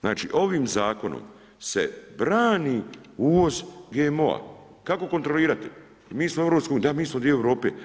Znači ovim zakonom se brani uvoz GMO-a. kako kontrolirati jel mi smo u EU, da mi smo dio Europe.